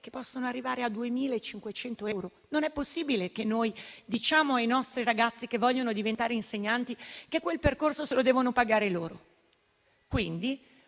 che possono arrivare a 2.500 euro. Non è possibile dire ai nostri ragazzi che vogliono diventare insegnanti che quel percorso lo devono pagare loro. Quindi,